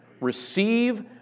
Receive